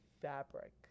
fabric